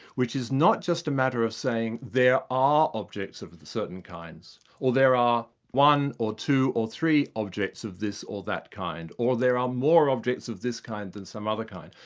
which is not just a matter of saying there are objects of certain kinds, or there are one or two or three objects of this or that kind, or there are more objects of this kind than some other kind.